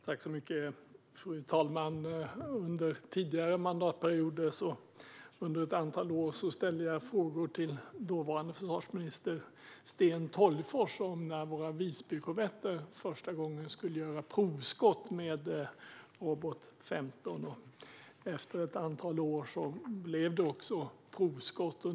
Fru talman! Under tidigare mandatperioder under ett antal år ställde jag frågor till dåvarande försvarsminister Sten Tolgfors om när våra Visbykorvetter första gången skulle göra provskott med robot 15. Efter ett antal år blev det också provskott.